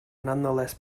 nonetheless